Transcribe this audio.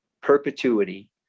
perpetuity